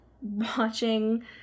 watching